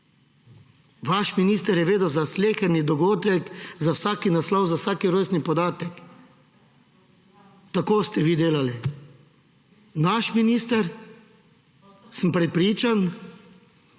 vaš minister je vedel za sleherni dogodek, za vsak naslov, za vsak rojstni podatek. Tako ste vi delali! Naš minister, sem prepričan,